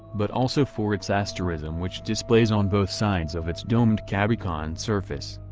but also for its asterism which displays on both sides of its domed cabochon surface.